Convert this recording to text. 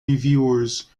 reviewers